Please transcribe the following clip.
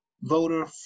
voter